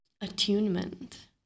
attunement